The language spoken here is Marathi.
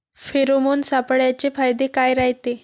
फेरोमोन सापळ्याचे फायदे काय रायते?